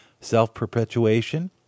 self-perpetuation